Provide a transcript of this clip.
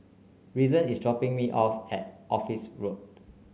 Reason is dropping me off at Office Road